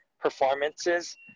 performances